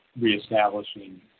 reestablishing